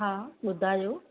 हा ॿुधायो